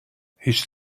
هیچ